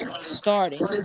Starting